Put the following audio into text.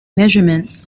measurements